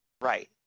Right